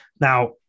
Now